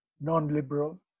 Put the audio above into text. non-liberal